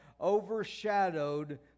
overshadowed